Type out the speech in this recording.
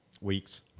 Weeks